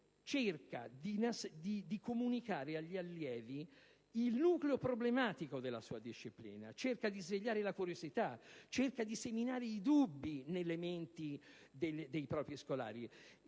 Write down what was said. cerca di comunicare agli allievi il nucleo problematico della sua disciplina, che cerca di svegliare la curiosità, che cerca di seminare i dubbi nelle menti dei propri scolari